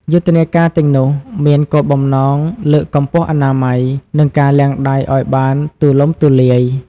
យុទ្ធនាការទាំងនោះ មានគោលបំណងលើកកម្ពស់អនាម័យ និងការលាងដៃឱ្យបានទូលំទូលាយ។